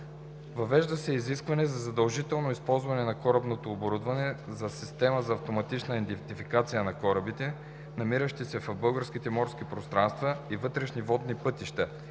Въвежда се изискване за задължително използване на корабното оборудване за система за автоматична идентификация от корабите, намиращи се в българските морски пространства и вътрешни водни пътища